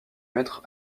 maître